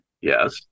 yes